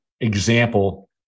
example